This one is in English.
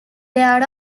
there